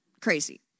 crazy